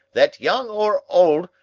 that, young or old,